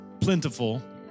plentiful